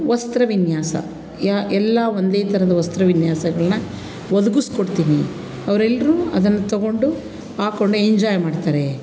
ವಸ್ತ್ರ ವಿನ್ಯಾಸ ಯಾವ ಎಲ್ಲ ಒಂದೇ ಥರದ ವಸ್ತ್ರ ವಿನ್ಯಾಸಗಳನ್ನ ಒದಗಿಸ್ಕೊಡ್ತೀನಿ ಅವರೆಲ್ರೂ ಅದನ್ನು ತೊಗೊಂಡು ಹಾಕೊಂಡು ಎಂಜಾಯ್ ಮಾಡ್ತಾರೆ